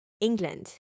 England